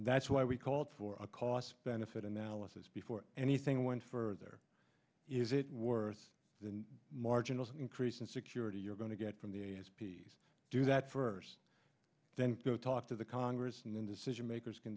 that's why we called for a cost benefit analysis before anything went further is it worth the marginal increase in security you're going to get from the s p's do that first then go talk to the congress and the decision makers can